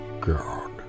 god